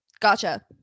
gotcha